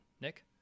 Nick